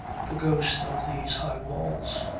the ghost of these high walls.